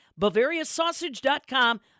BavariaSausage.com